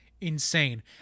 Insane